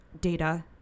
Data